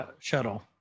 shuttle